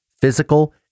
physical